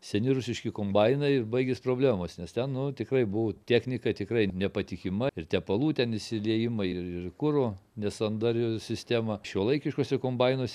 seni rusiški kombainai ir baigėsi problemos nes ten nu tikrai buvo technika tikrai nepatikima ir tepalų ten išsiliejimai ir kuro nesandari sistema šiuolaikiškuose kombainuos